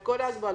עם כול ההגבלות,